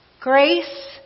Grace